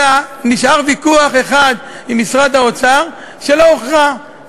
אלא נשאר ויכוח אחד עם משרד האוצר שלא הוכרע,